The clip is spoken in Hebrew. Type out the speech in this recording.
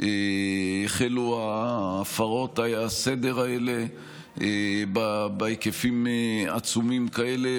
החלו הפרות הסדר האלה בהיקפים עצומים כאלה,